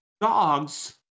Dogs